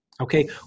okay